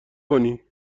کنی